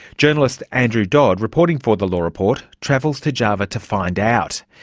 journalist andrew dodd, reporting for the law report, travels to java to find out.